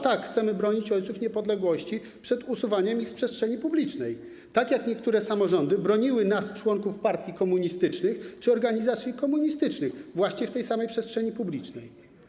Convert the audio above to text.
Tak, chcemy bronić ojców niepodległości przed usuwaniem ich z przestrzeni publicznej, tak jak niektóre samorządy broniły nazw członków partii komunistycznych czy organizacji komunistycznych właśnie w tej samej przestrzeni publicznej.